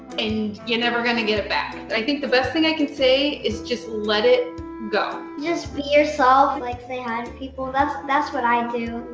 and you're never gonna get it back. i think the best thing i can say is just let it go. just be yourself. like say hi to and people, that's that's what i do.